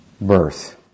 birth